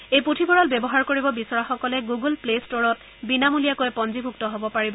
এই পুথিভঁৰাল ব্যৱহাৰ কৰিব বিচৰাসকলে গুগুল গ্লেষ্টৰত বিনামূলীয়াকৈ পঞ্জীভুক্ত হ'ব পাৰিব